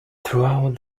throughout